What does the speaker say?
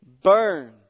burn